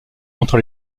entre